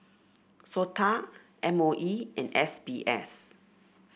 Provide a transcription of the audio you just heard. SOTA M O E and S B S